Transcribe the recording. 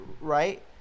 Right